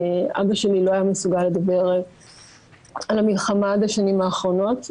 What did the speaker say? אבא שלי לא היה מסוגל לדבר על המלחמה עד השנים האחרונות.